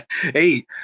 Hey